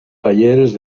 talleres